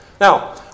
Now